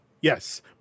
yes